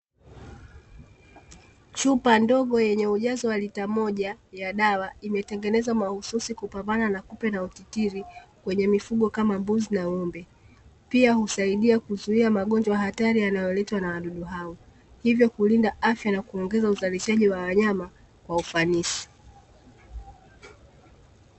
Chupa ndogo yenye ujazo wa lita moja ya dawa imetengenezwa mahususi kupambana na kupe na utitiri kwenye mifugo kama mbuzi na ng'ombe, pia husaidia kuzuia magonjwa hatari yanayoletwa na wadudu hao hivyo kulinda afya na kuongeza uzalishaji wa wanyama kwa ufanisi .